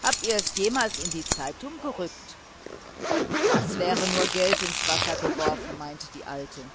habt ihr es jemals in die zeitung gerückt das wäre nur geld ins wasser geworfen meinte die alte